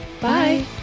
Bye